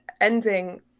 ending